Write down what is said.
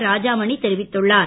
ராஜாமணி தெரிவித்துள்ளார்